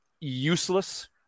useless